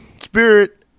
spirit